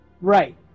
right